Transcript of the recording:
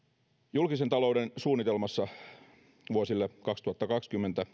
julkisen talouden suunnitelmassa vuosille kaksituhattakaksikymmentä